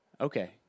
Okay